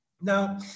Now